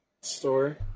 store